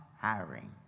hiring